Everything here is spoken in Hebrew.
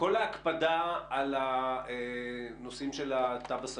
כל ההקפדה על הנושאים של התו הסגול,